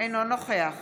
אינו נוכח